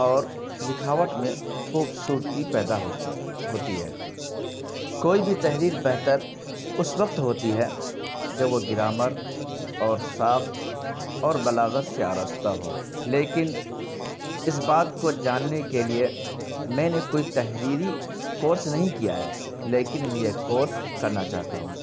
اور لکھاوٹ میں خوبصورتی پیدا ہوتی ہوتی ہے کوئی بھی تحریر بہتر اس وقت ہوتی ہے جب وہ گرامر اور ساخت اور بلاغت سے آراستہ ہو لیکن اس بات کو جاننے کے لیے میں نے کوئی تحریری کورس نہیں کیا ہے لیکن میں یہ کورس کرنا چاہتا ہوں